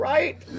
Right